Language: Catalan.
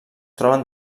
troben